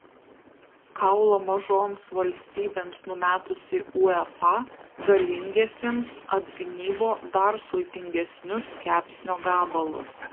kaulą mažoms valstybėms numetusi uefa galingiesiems atgnybo dar sultingesnius kepsnio gabalus